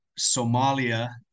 Somalia